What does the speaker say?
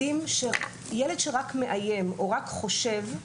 ילד שרק מאיים או רק חושב,